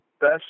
best